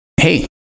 hey